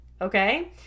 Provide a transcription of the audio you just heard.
Okay